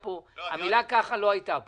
המילה ככה לא הייתה כאן.